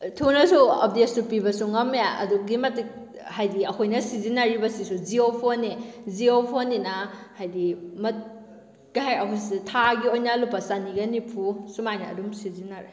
ꯊꯨꯅꯁꯨ ꯑꯞꯗꯦꯠꯁꯨ ꯄꯤꯕꯁꯨ ꯉꯝꯂꯦ ꯑꯗꯨꯛꯀꯤ ꯃꯇꯤꯛ ꯍꯥꯏꯗꯤ ꯑꯩꯈꯣꯏꯅ ꯁꯤꯖꯤꯟꯅꯔꯤꯕꯁꯤꯁꯨ ꯖꯤꯑꯣ ꯐꯣꯟꯅꯤ ꯖꯤꯑꯣ ꯐꯣꯟꯅꯤꯅ ꯍꯥꯏꯗꯤ ꯊꯥꯒꯤ ꯑꯣꯏꯅ ꯂꯨꯄꯥ ꯆꯅꯤꯒ ꯅꯤꯐꯨ ꯁꯨꯃꯥꯏꯅ ꯑꯗꯨꯝ ꯁꯤꯖꯤꯟꯅꯔꯦ